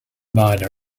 minor